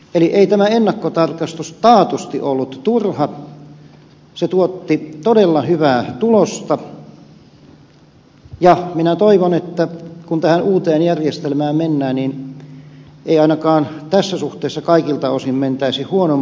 eli ei tämä ennakkotarkastus taatusti ollut turha se tuotti todella hyvää tulosta ja minä toivon että kun tähän uuteen järjestelmään mennään niin ei ainakaan tässä suhteessa kaikilta osin mentäisi huonompaan